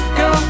go